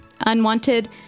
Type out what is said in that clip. Unwanted